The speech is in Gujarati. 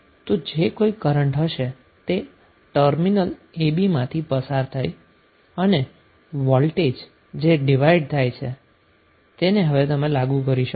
તો જે કોઈ કરન્ટ હશે તે ટર્મિનલ a b માંથી પસાર થઈ અને વોલ્ટેજ જે ડિવાઈડ થાય છે તેને હવે તમે લાગુ કરો છો